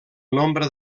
nombre